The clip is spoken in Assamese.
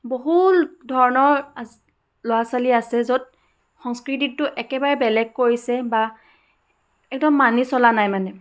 বহুল ধৰণৰ আছ ল'ৰা ছোৱালী আছে য'ত সংস্কৃতিটো একেবাৰে বেলেগ কৰিছে বা একদম মানি চলা নাই মানে